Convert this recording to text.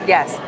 Yes